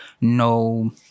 no